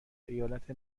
ایالت